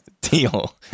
Deal